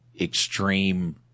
extreme